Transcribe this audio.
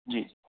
जी